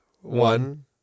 One